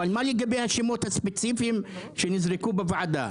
אבל מה לגבי השמות הספציפיים שנאמרו בוועדה?